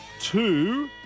Two